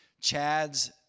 Chad's